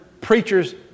preachers